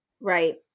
Right